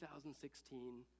2016